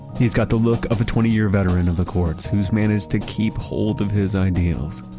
he's got the look of a twenty year veteran of the courts, who's managed to keep hold of his ideals.